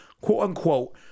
quote-unquote